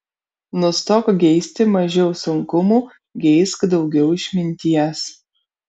nustok geisti mažiau sunkumų geisk daugiau išminties